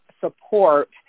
support